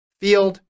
Field